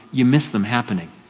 you miss them happening.